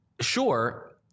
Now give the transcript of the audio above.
Sure